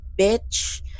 Bitch